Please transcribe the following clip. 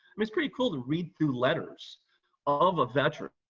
um it's pretty cool to read through letters of a veteran